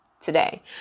today